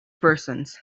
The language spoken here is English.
persons